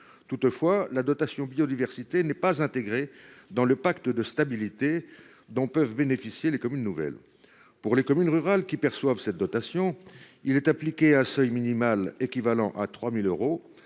Toutefois, la dotation biodiversité n’est pas intégrée dans le pacte de stabilité dont jouissent les communes nouvelles. Pour les communes rurales qui perçoivent cette dotation, il est appliqué un seuil minimal équivalent à 3 000 euros.